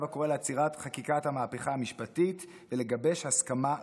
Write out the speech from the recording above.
הקורא לעצירת חקיקת המהפכה המשפטית ולגבש הסכמה רחבה,